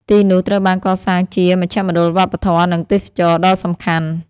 ទីនោះត្រូវបានកសាងជាមជ្ឈមណ្ឌលវប្បធម៌ និងទេសចរណ៍ដ៏សំខាន់។